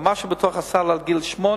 אבל מה שבתוך הסל עד גיל שמונה,